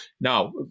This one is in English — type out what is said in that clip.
Now